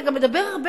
אתה מדבר גם הרבה,